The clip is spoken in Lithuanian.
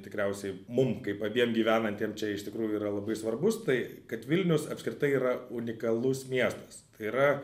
tikriausiai mum kaip abiem gyvenantiem čia iš tikrųjų yra labai svarbus tai kad vilnius apskritai yra unikalus miestas tai yra